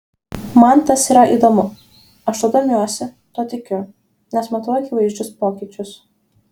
man tas yra įdomu aš tuo domiuosi tuo tikiu nes matau akivaizdžius pokyčius